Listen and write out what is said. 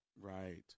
right